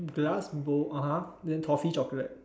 glass bowl (uh huh) then toffee chocolate